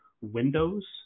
windows